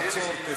תעצור,